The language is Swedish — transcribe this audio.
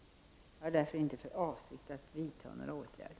Jag har därför inte för avsikt att vidta några åtgärder.